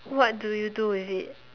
what do you do with it